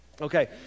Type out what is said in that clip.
okay